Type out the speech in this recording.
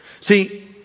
See